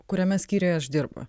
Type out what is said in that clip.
kuriame skyriuje aš dirbu